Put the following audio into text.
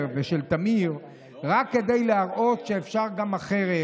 ושל תמיר רק כדי להראות שאפשר גם אחרת,